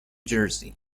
jersey